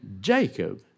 Jacob